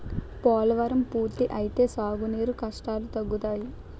పోలవరం పూర్తి అయితే సాగు నీరు కష్టాలు తగ్గుతాయి